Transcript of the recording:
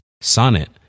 Sonnet